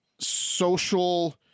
social